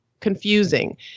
confusing